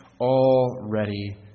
already